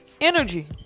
energy